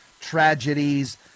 tragedies